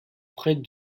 près